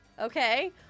Okay